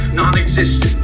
non-existent